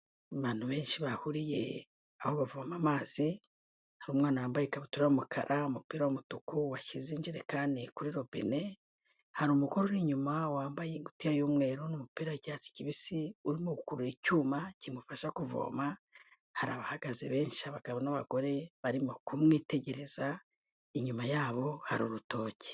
Abantu benshi bahuriye aho bavoma amazi, hari umwana wambaye ikabutura y'umukara, umupira w'umutuku washyize injerekani kuri robine, hari umugore uri inyuma wambaye ingutiya y'umweru n'umupira w'icyatsi kibisi, urimo gukurura icyuma kimufasha kuvoma, hari abahagaze benshi abagabo n'abagore barimo kumwitegereza, inyuma yabo hari urutoki.